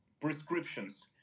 prescriptions